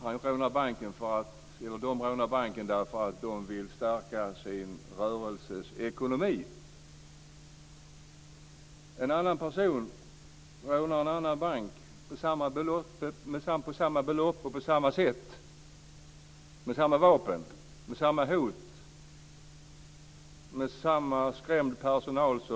Låt oss säga att nazisten rånar banken därför att han vill stärka sin rörelses ekonomi. En annan person rånar en annan bank på samma sätt. Det handlar om samma belopp, samma vapen, samma hot och om en lika skrämd personal.